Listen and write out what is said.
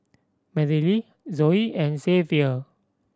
Merrily Zoey and Xzavier